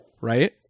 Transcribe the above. right